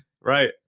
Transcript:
Right